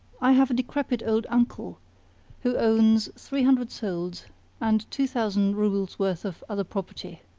i have a decrepit old uncle who owns three hundred souls and two thousand roubles-worth of other property.